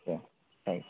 ஆ thanks